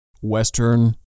Western